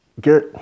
get